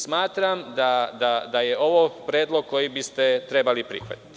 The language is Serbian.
Smatram da je ovo predlog koji biste trebali da prihvatite.